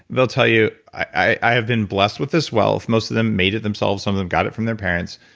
they'll tell you, i have been blessed with this wealth. most of them made it themselves, some of them got it from their parents.